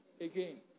again